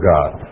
God